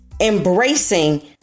embracing